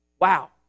Wow